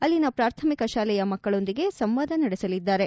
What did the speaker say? ಆಲ್ಲಿನ ಪಾಥಮಿಕ ತಾಲೆಯ ಮಕ್ಕಳೊಂದಿಗೆ ಸಂವಾದ ನಡೆಸಲಿದ್ದಾರೆ